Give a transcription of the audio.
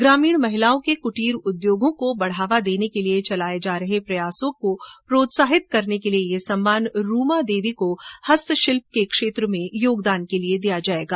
ग्रामीण महिलाओं के क्टीर उद्योगों को बढावा देने के लिये किये जा रहे प्रयासों को प्रोत्साहित करने के लिये यह सम्मान रूमादेवी को हस्तशिल्प के क्षेत्र में योगदान के लिये दिया जायेगा